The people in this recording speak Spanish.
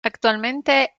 actualmente